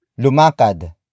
Lumakad